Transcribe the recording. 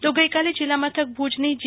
તો ગઈકાલે જિલ્લા મથક ભુજની જી